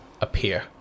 appear